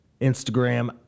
Instagram